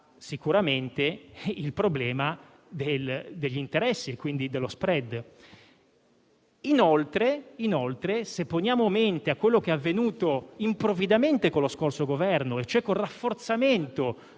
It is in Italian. sicuramente il problema degli interessi e dello *spread*. Inoltre, se teniamo a mente quanto avvenuto improvvidamente con lo scorso Governo, cioè il rafforzamento